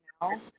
now